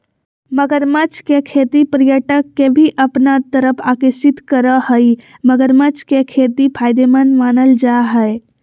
मगरमच्छ के खेती पर्यटक के भी अपना तरफ आकर्षित करअ हई मगरमच्छ के खेती फायदेमंद मानल जा हय